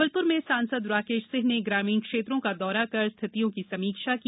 जबलप्र में सांसद राकेश सिंह ने ग्रामीण क्षेत्रों का दौरा कर स्थितियों की समीक्षा की